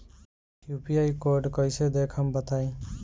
UPI code कैसे देखब बताई?